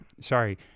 sorry